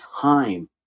time